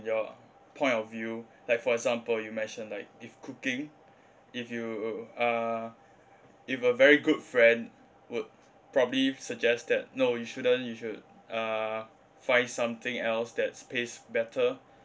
your point of view like for example you mentioned like if cooking if you uh if a very good friend would probably suggest that no you shouldn't you should uh find something else that's pays better